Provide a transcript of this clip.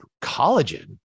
collagen